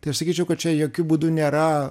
tai aš sakyčiau kad čia jokiu būdu nėra